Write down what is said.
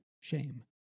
shame